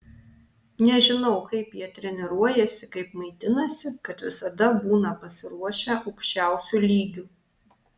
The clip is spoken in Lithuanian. nežinau kaip jie treniruojasi kaip maitinasi kad visada būna pasiruošę aukščiausiu lygiu